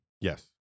Yes